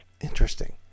Interesting